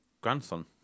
grandson